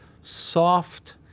soft